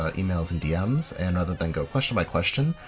ah emails and dms and rather than go question by question,